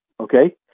Okay